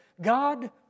God